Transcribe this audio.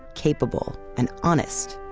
capable, and honest.